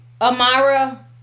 Amara